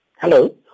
Hello